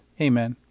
Amen